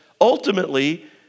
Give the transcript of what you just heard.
ultimately